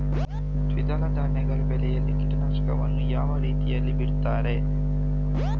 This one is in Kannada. ದ್ವಿದಳ ಧಾನ್ಯಗಳ ಬೆಳೆಯಲ್ಲಿ ಕೀಟನಾಶಕವನ್ನು ಯಾವ ರೀತಿಯಲ್ಲಿ ಬಿಡ್ತಾರೆ?